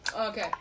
Okay